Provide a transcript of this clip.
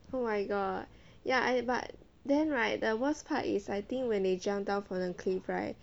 oh my god ya eh but then right the worst part is I think when they jump down from the cliff right